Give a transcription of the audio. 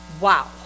wow